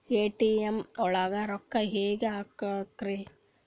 ATM ಒಳಗ್ ರೊಕ್ಕ ಹೆಂಗ್ ಹ್ಹಾಕ್ಬೇಕ್ರಿ?